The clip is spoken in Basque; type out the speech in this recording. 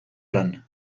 lan